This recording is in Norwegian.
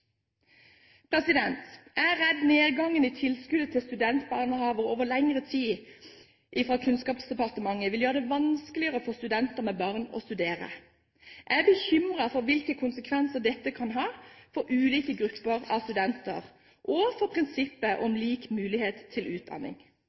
over lengre tid – i tilskuddet til studentbarnehager fra Kunnskapsdepartementet vil gjøre det vanskeligere for studenter med barn å studere. Jeg er bekymret for hvilke konsekvenser dette kan få for ulike grupper av studenter, og for prinsippet om